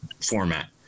format